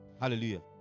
Hallelujah